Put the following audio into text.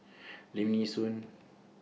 Lim Nee Soon